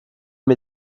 mir